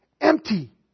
empty